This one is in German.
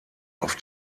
auf